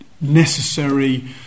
necessary